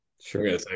Sure